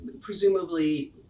presumably